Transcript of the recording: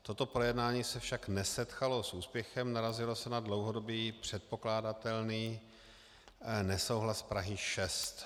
Toto projednání se však nesetkalo s úspěchem, narazilo se na dlouhodobý předpokládatelný nesouhlas Prahy 6.